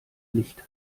licht